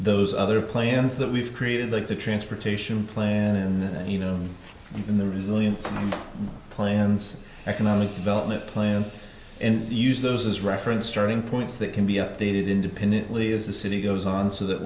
those other planes that we've created like the transportation plan and you know in the resilience plans economic development plans and use those as reference starting points that can be updated independently as the city goes on so that